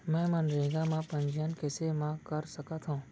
मैं मनरेगा म पंजीयन कैसे म कर सकत हो?